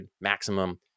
maximum